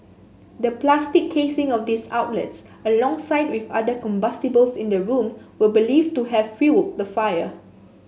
the plastic casing of these outlets alongside with other combustibles in the room were believed to have fuelled the fire